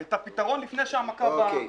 את הפתרון לפני שהמכה באה.